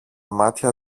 μάτια